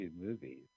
movies